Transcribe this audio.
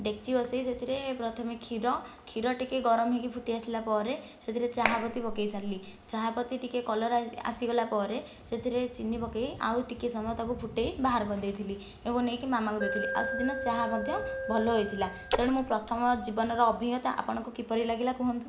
ଡେକ୍ଚି ବସାଇ ସେଥିରେ ପ୍ରଥମେ କ୍ଷୀର କ୍ଷୀର ଟିକେ ଗରମ ହେଇକି ଫୁଟିଆସିଲା ପରେ ସେଥିରେ ଚାହା ପତି ପକାଇ ସାରିଲି ଚାହା ପତି ଟିକେ କଲର୍ ଆସିଗଲା ପରେ ସେଥିରେ ଚିନି ପକାଇ ଆଉ ଟିକେ ସମୟ ତା'କୁ ଫୁଟାଇ ବାହାର କରିଦେଇଥିଲି ଏବଂ ନେଇକି ମାମା'କୁ ଦେଇଥିଲି ଆଉ ସେଦିନ ଚାହା ମଧ୍ୟ ଭଲ ହୋଇଥିଲା ତେଣୁ ମୋ ପ୍ରଥମ ଜୀବନର ଅଭିଜ୍ଞତା ଆପଣଙ୍କୁ କିପରି ଲାଗିଲା କୁହନ୍ତୁ